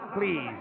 Please